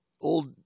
old